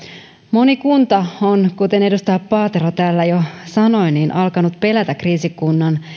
moni kunta on kuten edustaja paatero täällä jo sanoi alkanut pelätä kriisikunnan